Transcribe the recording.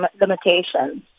limitations